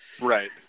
Right